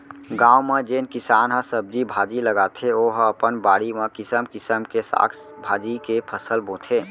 गाँव म जेन किसान ह सब्जी भाजी लगाथे ओ ह अपन बाड़ी म किसम किसम के साग भाजी के फसल बोथे